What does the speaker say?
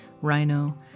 Rhino